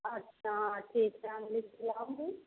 अच्छा हाँ ठीक है हाँ ले कर आऊँगी